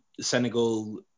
Senegal